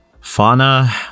Fauna